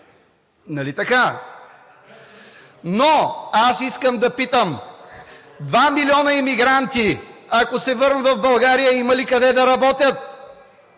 нали така? Но аз искам да питам: два милиона емигранти, ако се върнат в България, има ли къде да работят?